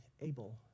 able